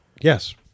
yes